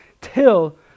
till